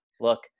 Look